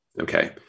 okay